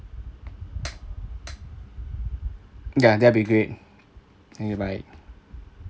ya that'll be great thank you bye